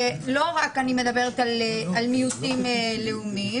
ואני מדברת לא רק על מיעוטים לאומיים